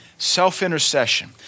Self-intercession